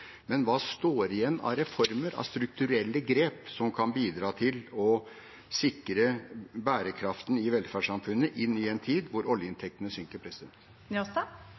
Men hva står igjen av reformer, av strukturelle grep, som kan bidra til å sikre bærekraften i velferdssamfunnet inn i en tid da oljeinntektene synker?